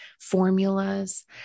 formulas